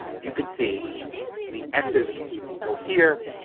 you could see the x's go here,